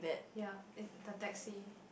ya it's the taxi